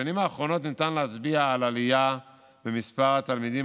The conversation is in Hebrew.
בשנים האחרונות ניתן להצביע על עלייה במספר התלמידים